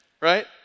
right